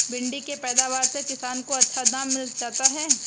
भिण्डी के पैदावार से किसान को अच्छा दाम मिल जाता है